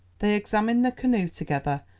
they examined the canoe together,